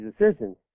decisions